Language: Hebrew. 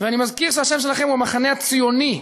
ואני מזכיר שהשם שלכם הוא המחנה הציוני,